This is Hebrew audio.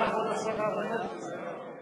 אני יודע שזה לא יכול להיות